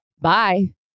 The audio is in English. bye